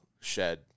shed